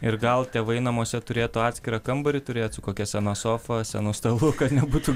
ir gal tėvai namuose turėtų atskirą kambarį turėt su kokia sena sofa senu stalu kad nebūtų